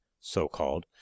so-called